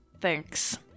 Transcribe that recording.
Thanks